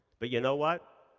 but you know what?